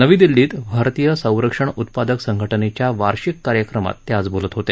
नवी दिल्लीत भारतीय संरक्षण उत्पादक संघटनेच्या वार्षिक कार्यक्रमात ते आज बोलत होते